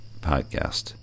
podcast